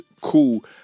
cool